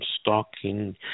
stalking